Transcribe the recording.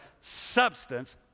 substance